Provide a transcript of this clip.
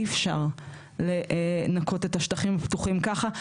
אי אפשר לנקות את השטחים הפתוחים ככה.